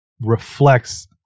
reflects